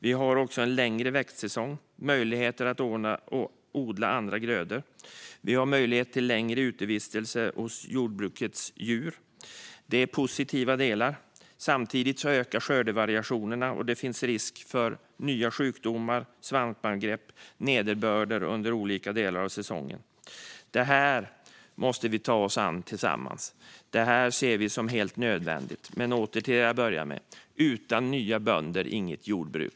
Vi har också en längre växtsäsong och möjlighet att odla andra grödor. Vi har möjlighet till längre utevistelse för jordbrukets djur. Det är positiva delar. Samtidigt ökar skördevariationerna, och det finns risk för nya sjukdomar, svampangrepp och nederbörd under olika delar av säsongen. Det här måste vi ta oss an tillsammans. Det ser vi som helt nödvändigt. Åter till det jag började med: Utan nya bönder inget jordbruk.